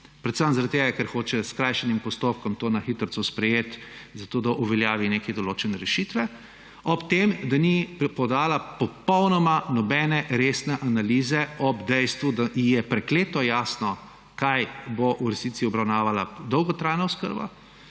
Predvsem zaradi tega, ker hoče s skrajšanim postopkom to na hitrico sprejeti, zato da uveljavi neke določene rešitve, ob tem, da ni podala popolnoma nobene resne analize ob dejstvu, da je prekleto jasno, kaj bo v resnici obravnavala dolgotrajna oskrba